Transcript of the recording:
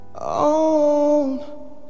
on